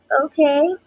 okay